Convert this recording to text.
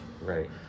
Right